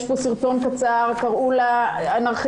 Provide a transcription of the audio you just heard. יש כאן סרטון קצר קראה לה אנרכיסטית,